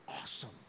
awesome